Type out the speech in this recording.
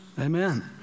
Amen